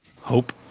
Hope